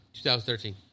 2013